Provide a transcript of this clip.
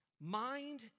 Mind